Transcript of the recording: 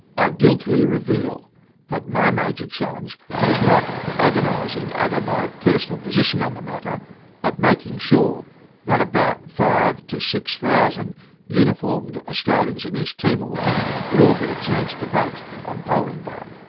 i guiltily reveal that my major challenge was not agonising over my personal position on the matter but making sure that about five to six thousand uniformed australians in east timor would all get a chance to vote on polling day.